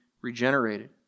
regenerated